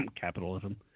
capitalism